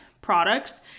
products